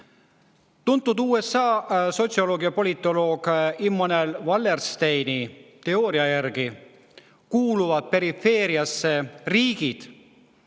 Tuntud USA sotsioloogi ja politoloogi Immanuel Wallersteini teooria järgi kuuluvad perifeeriasse riigid,